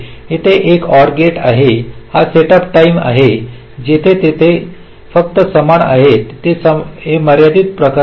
येथे हा एक OR गेट आहे हा सेटअप टाईम आहे जिथे तिथे फक्त समान आहेत हे मर्यादित प्रकरण आहे